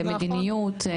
מדיניות.